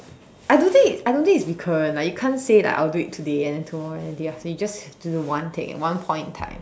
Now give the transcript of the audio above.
I don't think I don't think it's recurrent like you can't say like I will do it today and then tomorrow and the day after you just get to do it one day at one point in time